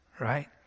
right